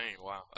Wow